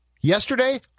Yesterday